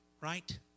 right